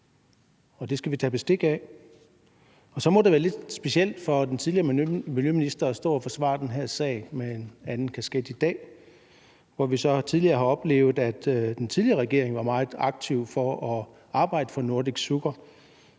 og det skal vi tage bestik af. Og så må det være lidt specielt for den tidligere miljøminister at stå og forsvare den her sag med en anden kasket på i dag, da vi tidligere har oplevet, at den tidligere regering var meget aktiv for at arbejde for Nordic Sugar.